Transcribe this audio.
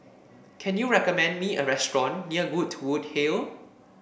can you recommend me a restaurant near Goodwood Hill